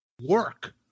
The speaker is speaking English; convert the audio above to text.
Work